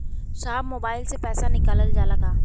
साहब मोबाइल से पैसा निकल जाला का?